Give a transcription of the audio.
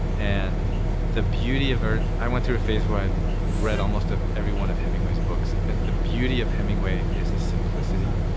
and the beauty of ah i went through a phrase where i read almost ah every one of hemingway's books, and the beauty of hemingway is the simplicity.